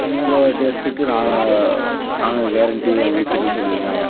உங்கள் டேஸ்ட்டுக்கு நாங்கள் நாங்கள் கேரண்ட்டி அப்படின்னு சொல்லி சொல்லிருந்தாங்கள்